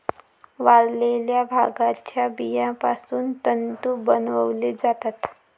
वाळलेल्या भांगाच्या बियापासून तंतू बनवले जातात